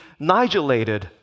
nigelated